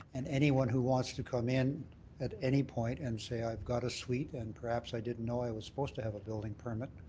and anyone who wants to come in at any point and say i've got a suite and perhaps i didn't know i was supposed to have a building permit,